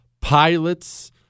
pilots